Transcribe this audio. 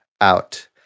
out